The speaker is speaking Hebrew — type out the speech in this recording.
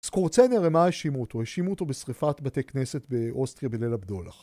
סקורצני במה האשימו אותו? האשימו אותו בשריפת בתי כנסת באוסטריה בליל הבדולח.